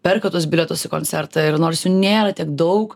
perka tuos bilietus į koncertą ir nors jų nėra tiek daug